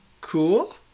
cool